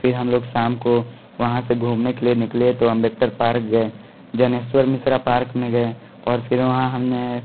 फिर हम लोग शाम को वहाँ से घूमने के लिए निकले तो अंबेडकर पार्क गए ज्ञनेश्वर मिसरा पार्क में गए और फिर वहाँ हम ने